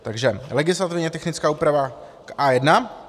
Takže legislativně technická úprava k A1.